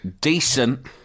decent